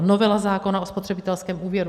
Novela zákona o spotřebitelském úvěru.